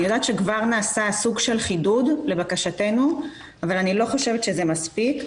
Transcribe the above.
אני יודעת שכבר נעשה סוג של חידוד לבקשתנו אבל אני חושבת שזה לא מספיק.